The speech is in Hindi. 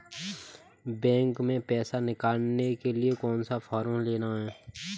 बैंक में पैसा निकालने के लिए कौन सा फॉर्म लेना है?